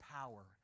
power